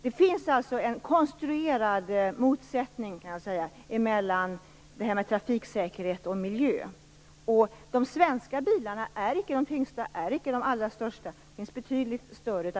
Det finns alltså en konstruerad motsättning, kan man säga, mellan trafiksäkerheten och miljön. Svenska bilar är icke de tyngsta och heller icke de allra största. Det finns betydligt större bilar.